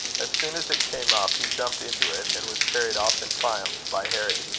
as soon as it came up, he jumped into it, and was carried off in triumph by harry.